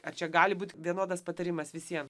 ar čia gali būt vienodas patarimas visiem